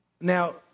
Now